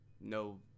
no